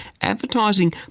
Advertising